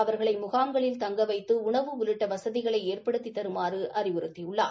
அவாகளை முகாம்களில் தங்க வைத்து உணவு உள்ளிட்ட வசதிளை ஏற்படுத்தி தருமாறு அறிவுறுத்தியுள்ளார்